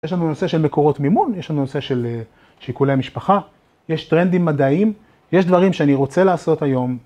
יש לנו נושא של מקורות מימון, יש לנו נושא של שיקולי משפחה, יש טרנדים מדעיים, יש דברים שאני רוצה לעשות היום.